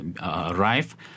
arrive